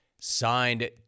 Signed